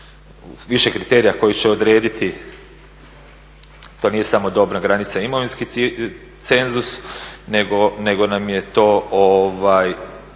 više kriterija koji će odrediti. To nije samo dobna granica i imovinski cenzus nego nam je to,